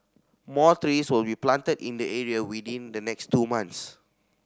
more trees will be planted in the area within the next two months